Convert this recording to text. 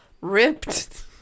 ripped